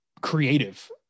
creative